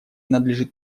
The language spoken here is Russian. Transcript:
надлежит